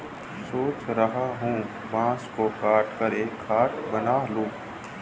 सोच रहा हूं बांस काटकर एक खाट बना लूं